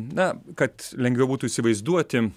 na kad lengviau būtų įsivaizduoti